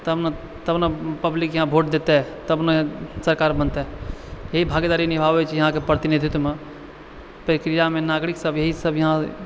तब ने पब्लिक यहाँ वोट देतै तब ने सरकार बनतै एहि भागेदारी निभाबै छै यहाँके प्रतिनिधित्वमे प्रक्रियामे नागरिक सब इएह सब यहाँ